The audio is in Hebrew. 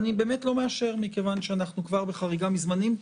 אני באמת לא מאשר מכיוון שאנחנו כבר בחריגה מזמנים.